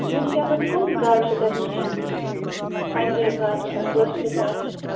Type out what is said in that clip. وٕنکینس کُم گاڈٕ چھِ تۄہہِ نِشن پنجٲبۍ گاڈٕ چھَ کٲشرِ گاڈٕ چھےٚ